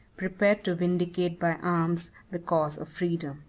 prepared to vindicate by arms the cause of freedom.